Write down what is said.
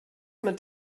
mit